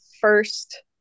first